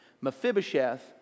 Mephibosheth